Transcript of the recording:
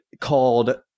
called